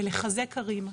ולחזק ערים.